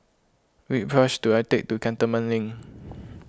which bus should I take to Cantonment Link